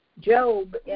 Job